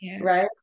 Right